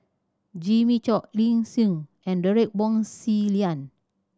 Jimmy Chok Lee Tjin and Derek Wong Zi Liang